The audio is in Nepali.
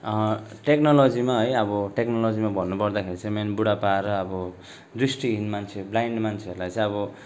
टेक्नोलोजीमा है अब टोक्नोलोजीमा भन्नु पर्दाखेरि चाहिँ मेन बुढापा र अब दृष्टिविहीन मान्छे ब्लाइन्ड मान्छेहरूलाई चाहिँ अब